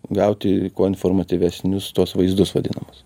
gauti kuo informatyvesnius tuos vaizdus vadinamus